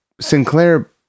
Sinclair